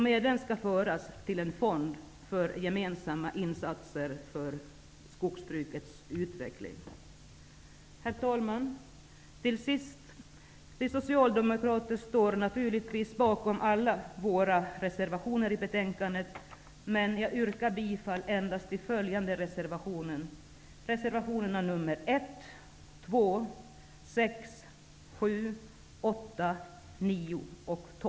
Medlen skall föras till en fond för gemensamma insatser för skogsbrukets utveckling. Herr talman! Till sist vill jag säga att vi socialdemokrater naturligtvis står bakom alla våra reservationer i betänkandet, men jag yrkar bifall endast till följande reservationer: nr 1, 2, 6, 7, 8, 9